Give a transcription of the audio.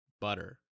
butter